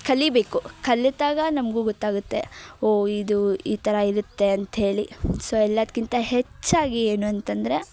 ಕಲಿಬೇಕು ಕಲಿತಾಗ ನಮಗೂ ಗೊತ್ತಾಗುತ್ತೆ ಓ ಇದು ಈ ಥರ ಇರುತ್ತೆ ಅಂತ್ಹೇಳಿ ಸೊ ಎಲ್ಲಾದ್ಕಿಂತ ಹೆಚ್ಚಾಗಿ ಏನು ಅಂತಂದರೆ